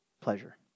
pleasure